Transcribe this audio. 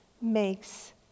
makes